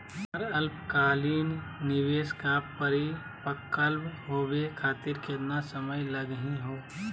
हमर अल्पकालिक निवेस क परिपक्व होवे खातिर केतना समय लगही हो?